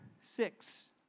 six